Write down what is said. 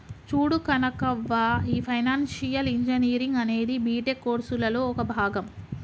చూడు కనకవ్వ, ఈ financial engineering అనేది బీటెక్ కోర్సులలో ఒక భాగం